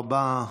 תודה רבה.